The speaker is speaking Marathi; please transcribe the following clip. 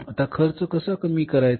आता खर्च कसा कमी करायचा